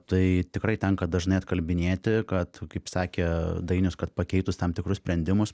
tai tikrai tenka dažnai atkalbinėti kad kaip sakė dainius kad pakeitus tam tikrus sprendimus